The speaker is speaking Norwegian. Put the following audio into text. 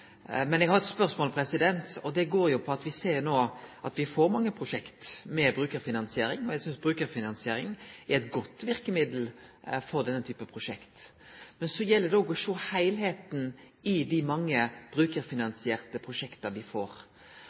Men eg har eit spørsmål om det at me får mange prosjekt med brukarfinansiering. Eg synest brukarfinansiering er eit godt verkemiddel for denne typen prosjekt. Men det gjeld å sjå heilskapen i dei mange brukarfinansierte prosjekta me får.